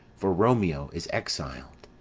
for romeo is exil'd.